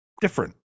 different